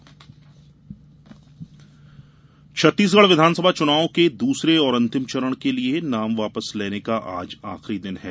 छत्तीसगढ नाम वापस छत्तीसगढ़ विधानसभा चुनाव के दूसरे और अंतिम चरण के लिए नाम वापस लेने का आज आखिरी दिन है